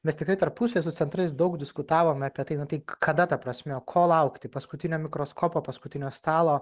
mes tikrai tarpusavyje su centrais daug diskutavome kad nu tai kada ta prasme ko laukti paskutinio mikroskopo paskutinio stalo